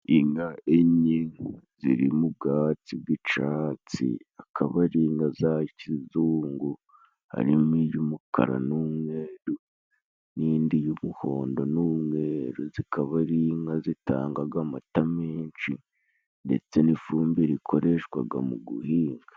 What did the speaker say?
Inka enye ziri mu bwatsi bw'icatsi, akaba ari inka za cizungu harimo iy'umukara n'umweru n'indi y'umuhondo n'umweru, zikaba ari inka zitangaga amata menshi ndetse n'ifumbire ikoreshwaga mu guhinga.